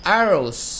arrows